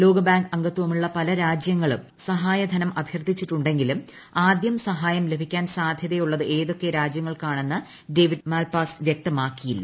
ലോകബാങ്ക് അംഗത്വമുള്ള പല രാജ്യങ്ങളും ഈ സഹായം അഭ്യർത്ഥിച്ചിട്ടുണ്ടെങ്കിലും ആദ്യം സഹായം ലഭിക്കാൻ സാധ്യതയുള്ളത് ഏതൊക്കെ രാജ്യങ്ങൾക്കാണെന്ന് ഡേവിഡ് മാൽപ്പാസ് വ്യക്തമാക്കിയില്ല